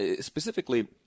Specifically